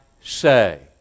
say